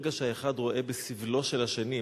ברגע שהאחד רואה בסבלו של השני,